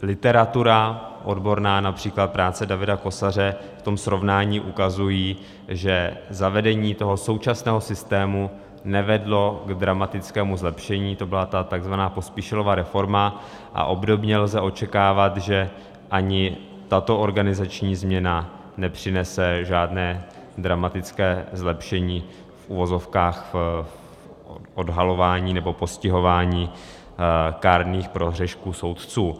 Literatura odborná, například práce Davida Kosaře, v tom srovnání ukazuje, že zavedení toho současného systému nevedlo k dramatickému zlepšení, to byla ta takzvaná Pospíšilova reforma, a obdobně lze očekávat, že ani tato organizační změna nepřinese žádné dramatické zlepšení v odhalování nebo postihování kárných prohřešků soudců.